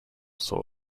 sort